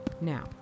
Now